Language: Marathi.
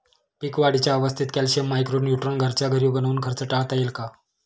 पीक वाढीच्या अवस्थेत कॅल्शियम, मायक्रो न्यूट्रॉन घरच्या घरी बनवून खर्च टाळता येईल का?